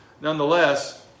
nonetheless